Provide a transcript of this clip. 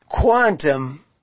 quantum